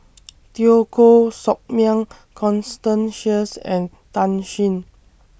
Teo Koh Sock Miang Constance Sheares and Tan Shen